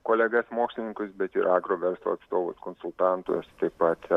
kolegas mokslininkus bet ir agro verslo atstovus konsultantus taip pat